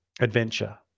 adventure